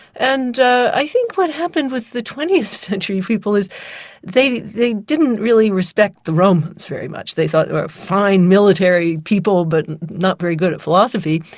and i think what happened with the twentieth century people is they they didn't really respect the romans very much, they thought they were a fine military people but not very good at philosophy.